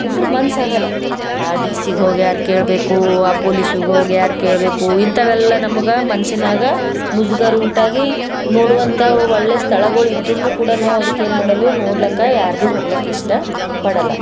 ಇಲ್ದಿರೆ ಮನ್ಸಾಗಲ್ಲ ಆ ಡಿ ಸಿಗೆ ಹೋಗ್ಯಾರು ಕೇಳ್ಬೇಕು ಆ ಪೋಲೀಸಿಗೆ ಹೋಗಿ ಯಾರು ಕೇಳ್ಬೇಕು ಇಂಥವೆಲ್ಲ ನಮಗೆ ಮನ್ಸಿನಾಗೆ ಮುಜುಗರ ಉಂಟಾಗಿ ನೋಡುವಂಥ ಒಳ್ಳೆಯ ಸ್ಥಳಗಳು ಇದ್ರೂ ಕೂಡ ನಾವು ಅದಕ್ಕೇನು ಮಾಡಲ್ಲು ನೋಡ್ಲಾಕ ಯಾರು ಬೀ ಹೋಗ್ಲಾಕ್ಕ ಇಷ್ಟಪಡೋಲ್ಲ